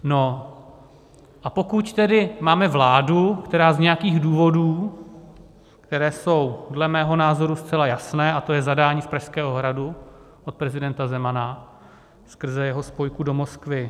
No a pokud tedy máme vládu, která z nějakých důvodů, které jsou dle mého názoru zcela jasné, a to je zadání z Pražského hradu od prezidenta Zemana skrze jeho spojku do Moskvy